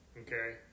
Okay